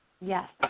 Yes